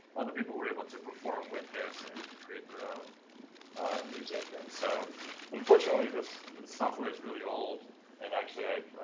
other people were able to perform with this and to create their own music and so unfortunately this software is really old and actually i've,